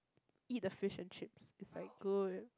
eat the fish and chips it's like good